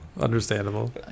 Understandable